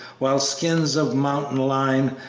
while skins of mountain lion,